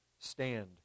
stand